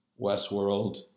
Westworld